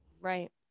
Right